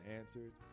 answers